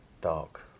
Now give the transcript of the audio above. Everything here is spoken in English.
dark